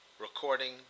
Recording